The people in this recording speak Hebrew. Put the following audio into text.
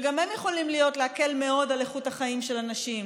שגם הם יכולים להקל מאוד על איכות החיים של אנשים,